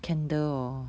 candle hor